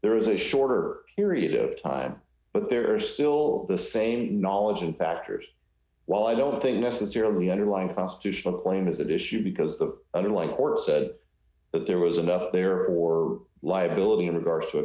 there is a shorter period of time but there are still the same knowledge and factors while i don't think necessarily underlying constitutional claim is that issue because the underlying said that there was enough there or liability in regards to